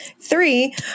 Three